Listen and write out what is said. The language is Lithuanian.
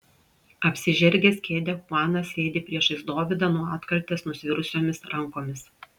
apsižergęs kėdę chuanas sėdi priešais dovydą nuo atkaltės nusvirusiomis rankomis